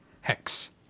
hex